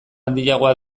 handiagoa